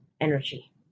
energy